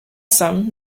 some